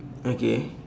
okay